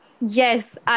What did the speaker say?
Yes